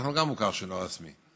אנחנו גם מוכר שאינו רשמי.